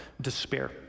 despair